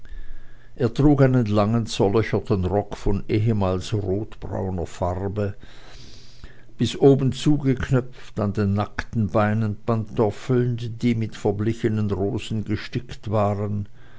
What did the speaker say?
einen langen zerlöcherten rock von ehmals rostbrauner farbe bis oben zugeknöpft an den nackten beinen pantoffeln die mit verblichenen rosen gestickt waren